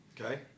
Okay